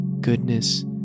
goodness